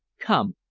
come!